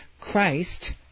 Christ